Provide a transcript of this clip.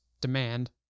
demand